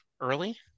early